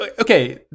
Okay